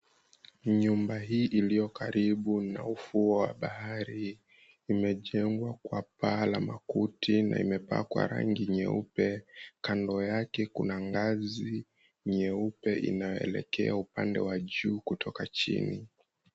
Nyumba hii iliyo karibu na ufuo wa bahari imejengwa kwa paa la makuti na imepakwa rangi nyeupe kando yake kuna ngazi nyeupe inaelekea upande wa juu kutoka chini.